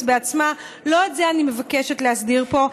בעצמה לא את זה אני מבקשת להסדיר פה,